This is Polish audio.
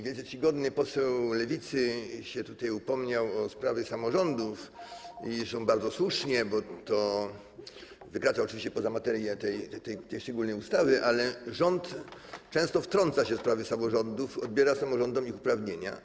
Wielce czcigodny poseł Lewicy się tutaj upomniał o sprawy samorządów, zresztą bardzo słusznie, bo to wykracza oczywiście poza materię tej szczególnej ustawy, ale rząd często wtrąca się w sprawy samorządów, odbiera samorządom ich uprawnienia.